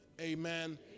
Amen